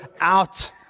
out